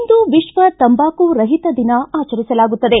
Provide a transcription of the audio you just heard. ಇಂದು ವಿಶ್ವ ತಂಬಾಕು ರಹಿತ ದಿನ ಆಚರಿಸಲಾಗುತ್ತದೆ